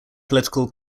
political